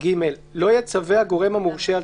צו סגירה מנהלי 2. (ג) לא יצווה הגורם המורשה על